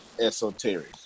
esoteric